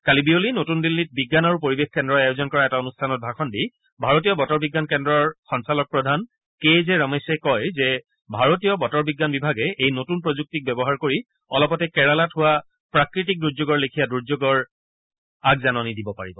কালি বিয়লি নতুন দিল্লীত বিজ্ঞান আৰু পৰিৱেশ কেন্দ্ৰই আয়োজন কৰা এটা অনুষ্ঠানত ভাষণ দি ভাৰতীয় বতৰ বিজ্ঞান কেন্দ্ৰৰ সঞ্চালক প্ৰধান কে জে ৰমেশে কয় যে ভাৰতীয় বতৰ বিজ্ঞান বিভাগে এই নতুন প্ৰযুক্তিক ব্যৱহাৰ কৰি অলপতে কেৰালাত হোৱা প্ৰাকৃতিক দুৰ্যোগৰ লেখীয়া দুৰ্যোগৰ আগজাননী দিব পাৰিব